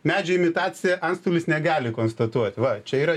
medžio imitacija antstolis negali konstatuot va čia yra